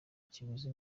kiguzi